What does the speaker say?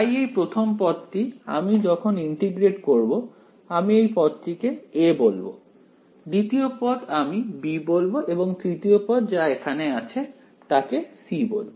তাই এই প্রথম পদটি আমি যখন ইন্টিগ্রেট করব আমি এই পদটিকে a বলবো দ্বিতীয় পদ আমি b বলব এবং তৃতীয় পদ যা এখানে আছে তাকে c বলব